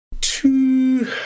two